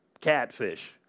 catfish